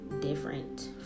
different